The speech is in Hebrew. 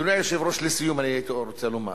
אדוני היושב-ראש, לסיום אני רוצה לומר,